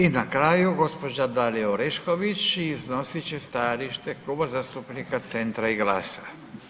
I na kraju gospođa Dalija Orešković iznosit će stajalište kluba zastupnika Centra i GLAS-a.